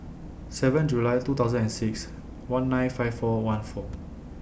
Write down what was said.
seven July two thousand and six one nine five four one four